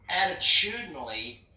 attitudinally